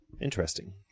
interesting